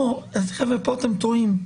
כאן אתם טועים.